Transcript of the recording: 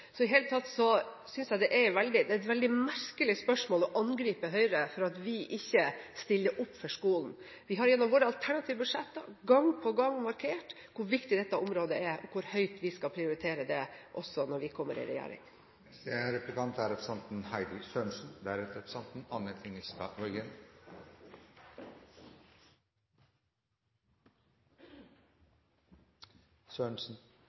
I det hele tatt synes jeg det er et veldig merkelig spørsmål, som angriper Høyre for ikke å stille opp for skolen. Vi har gjennom våre alternative budsjetter gang på gang markert hvor viktig dette området er, og hvor høyt vi skal prioritere det, også når vi kommer i regjering.